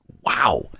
Wow